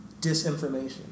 disinformation